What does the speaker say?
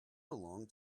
belong